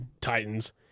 Titans –